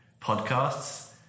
podcasts